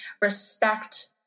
respect